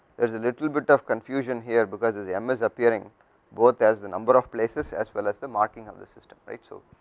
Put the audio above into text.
there is the little bit of confusion here, because is m um is appearing both as the number of places as well as the marking of the system right. so